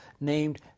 named